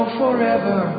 forever